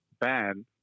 bad